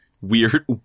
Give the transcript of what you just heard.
weird